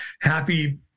happy